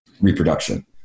reproduction